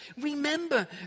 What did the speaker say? remember